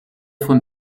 von